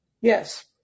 Yes